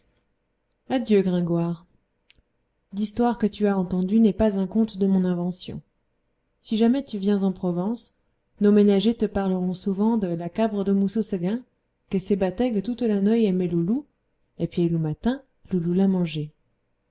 adieu gringoire l'histoire que tu as entendue n'est pas un conte de mon invention si jamais tu viens en provence nos ménagers te parleront souvent de la cabro de moussu seguin que se battégue touto la neui emé lou loup e piei lou matin lou loup la mangé